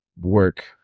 work